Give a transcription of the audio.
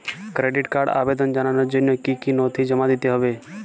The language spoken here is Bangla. ক্রেডিট কার্ডের আবেদন জানানোর জন্য কী কী নথি জমা দিতে হবে?